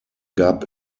gab